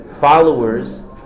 followers